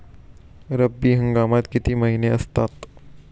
रब्बी हंगामात किती महिने असतात?